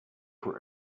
for